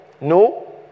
no